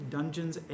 Dungeons